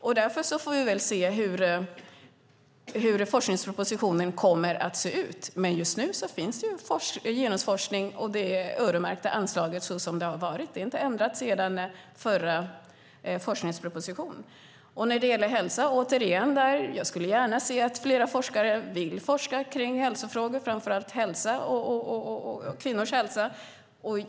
Vi får se hur forskningspropositionen kommer att se ut. Just nu finns det genusforskning och ett öronmärkt anslag. Det är inte ändrat sedan den förra forskningspropositionen. När det gäller hälsa skulle jag gärna se att fler ville forska om hälsofrågor, framför allt om kvinnors hälsa.